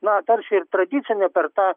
na tarsi ir tradicinė per tą